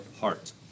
heart